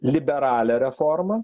liberalią reformą